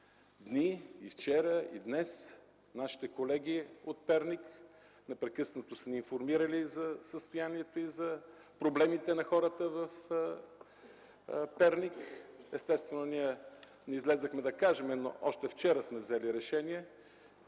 дни – и вчера, и днес, нашите колеги от Перник непрекъснато са ни информирали за състоянието и за проблемите на хората там. Естествено, ние не излязохме да кажем, но още вчера сме взели решение